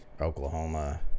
Oklahoma